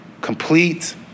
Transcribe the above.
complete